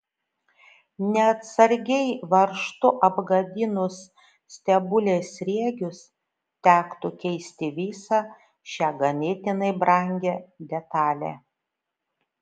neatsargiai varžtu apgadinus stebulės sriegius tektų keisti visą šią ganėtinai brangią detalę